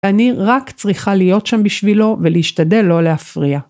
ואני רק צריכה להיות שם בשבילו ולהשתדל לא להפריע.